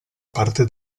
parte